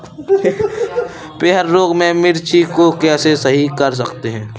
पीहर रोग से मिर्ची को कैसे सही कर सकते हैं?